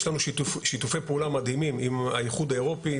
יש לנו שיתופי פעולה מדהימים עם האיחוד האירופי,